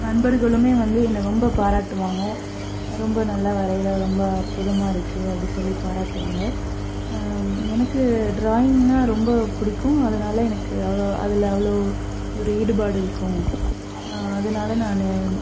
நண்பர்களுமே வந்து என்னை ரொம்ப பாராட்டுவாங்க ரொம்ப நல்லா வரைகிற ரொம்ப அற்புதமாக இருக்கு அப்படி சொல்லி பாராட்டுவாங்க எனக்கு ட்ராயிங்னால் ரொம்ப பிடிக்கும் அதனால் எனக்கு அவ்வளோ அதில் அவ்வளோ ஒரு ஈடுபாடு இருக்கும் அதனால் நான்